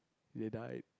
they died